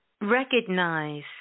Recognize